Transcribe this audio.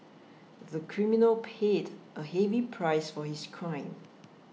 the criminal paid a heavy price for his crime